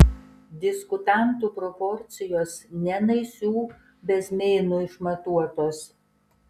diskutantų proporcijos ne naisių bezmėnu išmatuotos